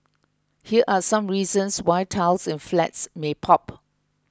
here are some reasons why tiles in flats may pop